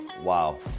wow